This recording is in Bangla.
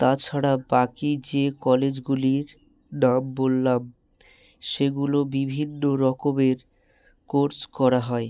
তাছাড়া বাকি যে কলেজগুলির নাম বললাম সেগুলো বিভিন্ন রকমের কোর্স করা হয়